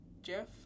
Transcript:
Jeff